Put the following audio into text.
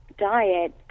diet